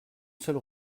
seule